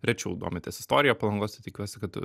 rečiau domitės istorija palangos tai tikiuosi kad